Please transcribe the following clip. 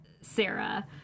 Sarah